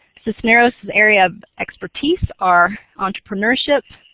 cisneros' areas of expertise are entrepreneurship,